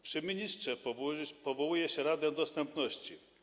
Przy ministrze powołuje się Radę Dostępności.